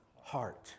heart